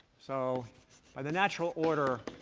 so by the natural order,